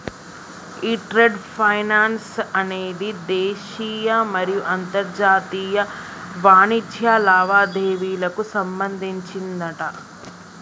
ఈ trade finance అనేది దేశీయ మరియు అంతర్జాతీయ వాణిజ్య లావాదేవీలకు సంబంధించిందట